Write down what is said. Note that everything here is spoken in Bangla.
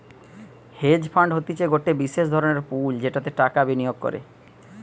হেজ ফান্ড হতিছে গটে বিশেষ ধরণের পুল যেটাতে টাকা বিনিয়োগ করে